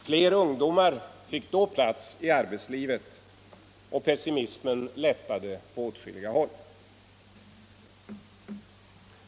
Fler ungdomar fick då plats i arbetslivet. Pessimismen lättade på åtskilliga håll.